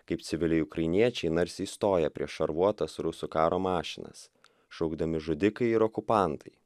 kaip civiliai ukrainiečiai narsiai stoja prie šarvuotas rusų karo mašinas šaukdami žudikai ir okupantai